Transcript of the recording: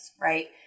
right